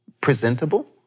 presentable